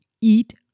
eat